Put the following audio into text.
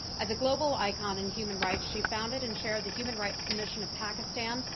as a global icon in human rights, she founded and chaired the human rights commission of pakistan.